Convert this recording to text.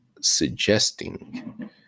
suggesting